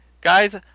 guys